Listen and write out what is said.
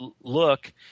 look